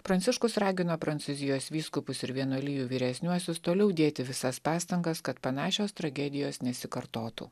pranciškus ragino prancūzijos vyskupus ir vienuolijų vyresniuosius toliau dėti visas pastangas kad panašios tragedijos nesikartotų